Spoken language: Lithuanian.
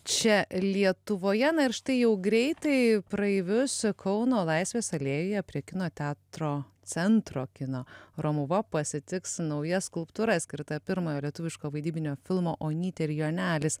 čia lietuvoje na ir štai jau greitai praeivius kauno laisvės alėjoje prie kino teatro centro kino romuva pasitiks nauja skulptūra skirta pirmojo lietuviško vaidybinio filmo onytė ir jonelis